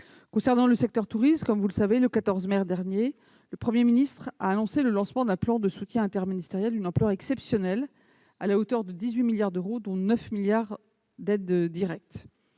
Concernant le secteur du tourisme, comme vous le savez, le 14 mai dernier, le Premier ministre a annoncé le lancement d'un plan de soutien interministériel d'une ampleur exceptionnelle, à hauteur de 18 milliards d'euros, dont 9 milliards d'euros d'aides directes.